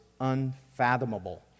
unfathomable